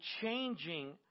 changing